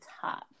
top